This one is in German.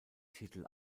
titel